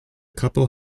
couple